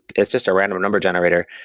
it's just a random number generator,